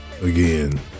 Again